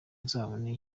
nzabone